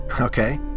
Okay